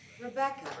Rebecca